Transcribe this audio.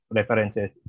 references